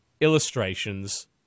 illustrations